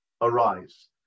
arise